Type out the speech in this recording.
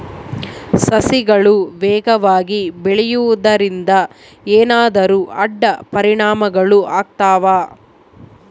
ಸಸಿಗಳು ವೇಗವಾಗಿ ಬೆಳೆಯುವದರಿಂದ ಏನಾದರೂ ಅಡ್ಡ ಪರಿಣಾಮಗಳು ಆಗ್ತವಾ?